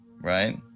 Right